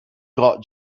got